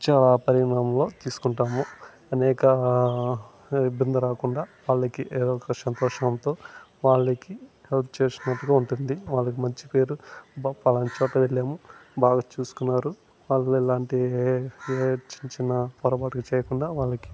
చాలా పరిగణలోకి తీసుకుంటాము అనేక ఇబ్బంది రాకుండా వాళ్ళకి ఏదోక సంతోషంతో వాళ్ళకి హెల్ప్ చేసినట్టు ఉంటుంది వాళ్ళకి మంచి పేరు అబ్బా ఫలానా చోట వెళ్ళాము బాగా చూసుకున్నారు అలాంటి ఏ చిన్న చిన్న పొరపాట్లు చేయకుండా వాళ్ళకి